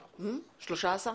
13 אחוזים.